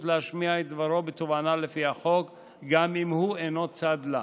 להשמיע את דברו בתובענה לפי החוק גם אם הוא אינו צד לה.